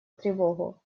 тревогу